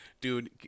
dude